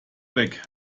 weg